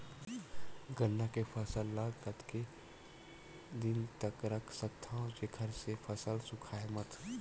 गन्ना के फसल ल कतेक दिन तक रख सकथव जेखर से फसल सूखाय मत?